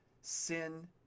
sin